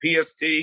PST